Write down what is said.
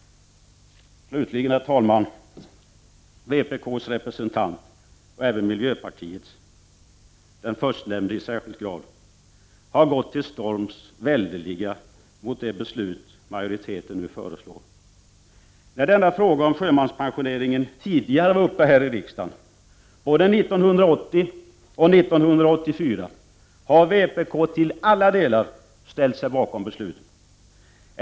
Herr talman! Vpk:s representant och även miljöpartiets, den förstnämnde i särskild grad, har gått till storms väldeliga mot det beslut majoriteten nu föreslår. När denna fråga om sjömanspensioneringen tidigare varit uppe här i riksdagen, både 1980 och 1984, har vpk till alla delar ställt sig bakom besluten.